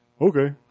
Okay